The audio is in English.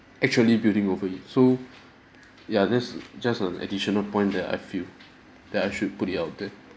actually building over it so ya that's just an additional point that I feel that I should put it out there